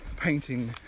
painting